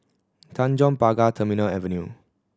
Tanjong Pagar Terminal Avenue